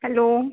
hello